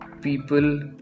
people